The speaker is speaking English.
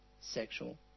sexual